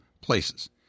places